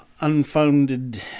unfounded